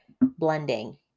blending